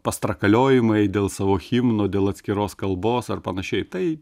pastrakaliojimai dėl savo himno dėl atskiros kalbos ar panašiai tai